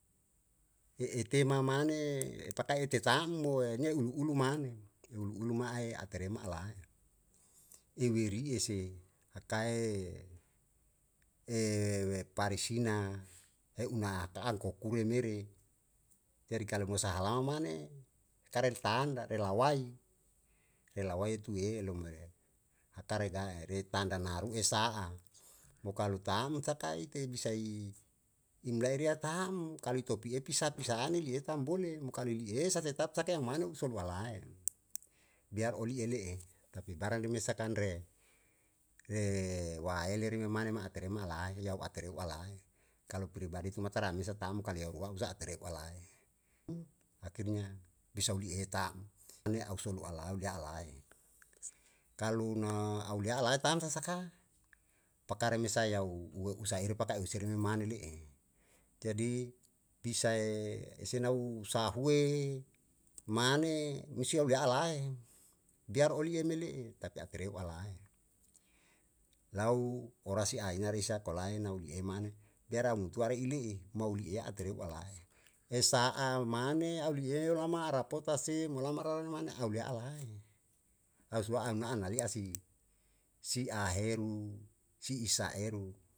Ye i tema mane pakae ete tam mo ulu ulu mane ulu ulu ma'e a tere ma'alae eu werie ise akae we parisina e una ka'a kokure mere jadi kalu mo saha lama mane kare tanda relawai relawai tuye leumere haka regae re tanda na ru esa'a mo kalu tam taka ite bisai im lairia tam kalu i topie pisa pisahane lie tam bole mo kalu li lie esa tetap saka ye mane u solu alae, biar oli'e le'e tapi barangde me sakanre re wa'aele rime mane ma a tere malae hiyau a tereu alae, kalu pribadi tu mata rami sa tamu kalu riyau sa'a tereu alae akhirnya bisau li e tam an ye au solu alau li alae kalu na au li alae tam sa saka pakare mesae yau ue u saere pakae u seri me mane le'e, jadi bisae senau sahue mane musi yau lia alae biar olie me le'e tapi akireu alae lau orasi a hina risa kolae na u li ei mane, biara umtuari i le'e mau li ea a tereu alae esaha'a mane au li yeo lama a rapotasi mo lamaralane mane au lea alai au sua a an na an na lia si si a aheru si isa eru.